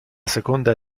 seconda